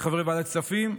חברי ועדת הכספים,